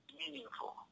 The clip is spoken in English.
meaningful